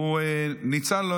ניצל.